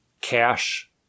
cash